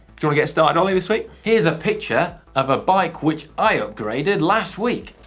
shall we get started, ollie, this week? here's a picture of a bike which i upgraded last week.